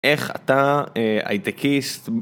איך אתה הייטקיסט